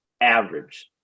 average